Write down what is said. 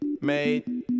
Made